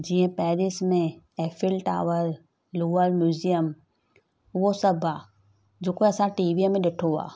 जीअं पैरिस में Eiffel Tower Louvre museum उहो सभु आहे जेको असां टी वीअ में ॾिठो आहे